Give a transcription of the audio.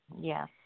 Yes